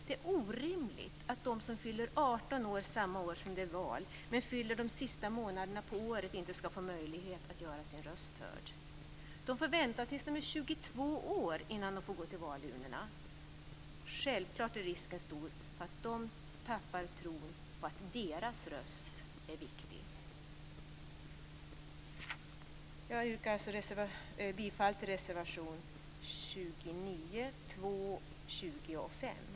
Det är orimligt att de som fyller 18 år samma år som det är val men gör det någon av de sista månaderna av året inte ska få möjlighet att göra sin röst hörd. De får vänta tills de är 22 år innan de får gå till valurnorna. Självklart är risken stor för att de tappar tron på att deras röst är viktig. Jag yrkar bifall till reservationerna 29, 2, 20 och